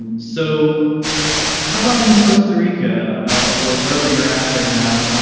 and so how about in costa rica or wherever you're at right now?